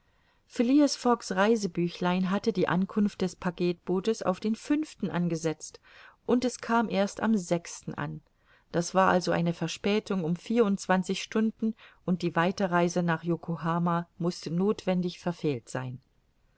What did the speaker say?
phileas fogg's reisebüchlein hatte die ankunft des packetbootes auf den fünften angesetzt und es kam erst am sechsten an das war also eine verspätung um vierundzwanzig stunden und die weiterreise nach yokohama mußte nothwendig verfehlt sein